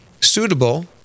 suitable